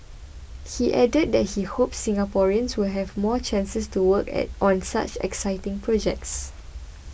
he added that he hopes Singaporeans will have more chances to work at on such exciting projects